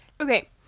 Okay